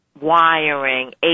wiring